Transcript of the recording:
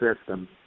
system